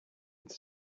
with